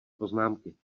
poznámky